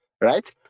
right